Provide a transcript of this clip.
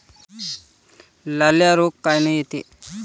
लाल्या रोग कायनं येते?